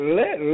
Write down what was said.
let